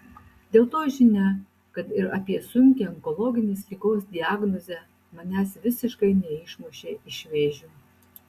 dėl to žinia kad ir apie sunkią onkologinės ligos diagnozę manęs visiškai neišmušė iš vėžių